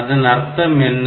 அதன் அர்த்தம் என்ன